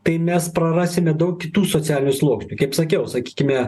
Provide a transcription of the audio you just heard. tai mes prarasime daug kitų socialinių sluoksnių kaip sakiau sakykime